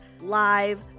live